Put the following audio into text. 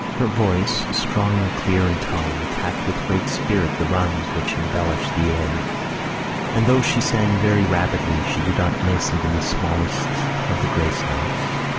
her voice, strong and clear in tone, attacked with great spirit the runs which embellish the air and though she sang very rapidly she did not miss even the smallest of the grace notes.